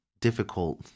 difficult